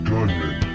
Gunman